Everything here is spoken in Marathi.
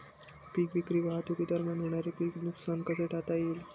पीक विक्री वाहतुकीदरम्यान होणारे पीक नुकसान कसे टाळता येईल?